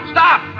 Stop